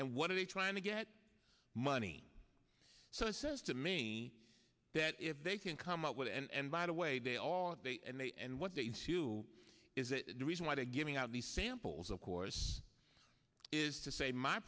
and what are they trying to get money so says to me that if they can come up with and by the way they all they and they and what they too is that the reason why they're giving out these samples of course is to say my